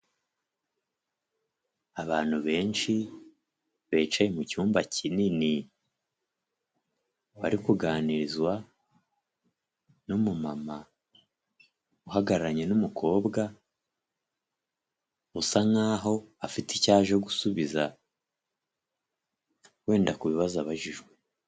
Abantu benshi bicaye mu cyumba kinini, bari kuganirizwa n'umumama uhagararanye n'umukobwa, usa nka'ho afite icyo aje gusubiza, wenda ku bibazo abajijwe.